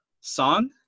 song